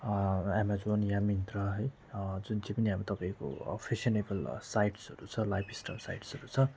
Amazon या मिन्त्रा है जुन चाहिँ अब तपाईँको फेसनेबल साइटसहरू छ लाइफस्टाइल साइटसहरू छ